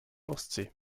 ostsee